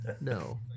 no